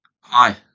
Hi